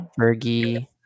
Fergie